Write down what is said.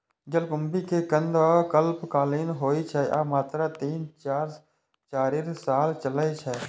जलकुंभी के कंद अल्पकालिक होइ छै आ मात्र तीन सं चारि साल चलै छै